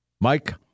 Mike